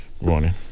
morning